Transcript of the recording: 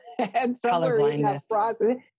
Colorblindness